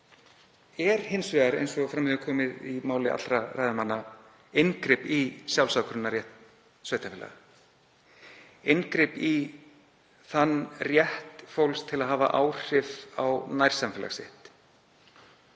er hins vegar, eins og fram hefur komið í máli allra ræðumanna, inngrip í sjálfsákvörðunarrétt sveitarfélaga, inngrip í þann rétt fólks að hafa áhrif á nærsamfélag sitt.